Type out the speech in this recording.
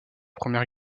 première